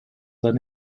d’un